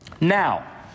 Now